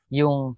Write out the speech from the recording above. yung